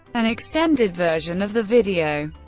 an extended version of the video,